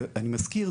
אני מזכיר,